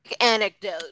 Anecdote